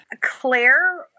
Claire